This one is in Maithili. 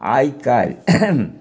आइ काल्हि